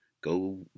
Go